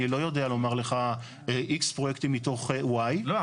אני לא יודע לומר לך X פרויקטים מתוך Y. לא,